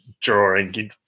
drawing